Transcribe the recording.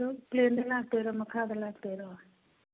ꯑꯗꯨ ꯄ꯭ꯂꯦꯟꯗ ꯂꯥꯛꯇꯣꯏꯔꯣ ꯃꯈꯥꯗ ꯂꯥꯛꯇꯣꯏꯔꯣ